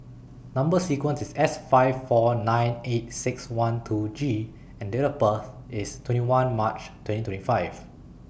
Number sequence IS S five four nine eight six one two G and Date of birth IS twenty one March twenty twenty five